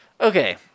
Okay